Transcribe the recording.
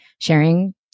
sharing